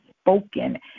spoken